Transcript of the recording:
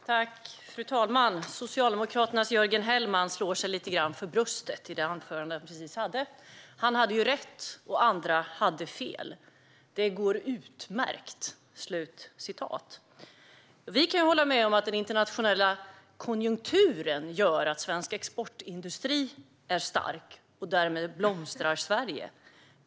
Fru talman! Socialdemokraternas Jörgen Hellman slår sig lite grann för bröstet i det anförande han precis höll. Han hade rätt, och andra hade fel. Det går utmärkt, sa han. Vi kan hålla med om att den internationella konjunkturen gör att svensk exportindustri är stark, och därmed blomstrar Sverige.